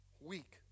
week